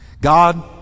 God